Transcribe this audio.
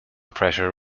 pressure